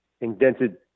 indented